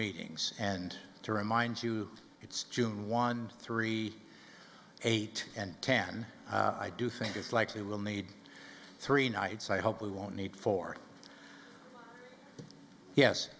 meetings and to remind you it's june one three eight and ten i do think it's likely will need three nights i hope we won't need four yes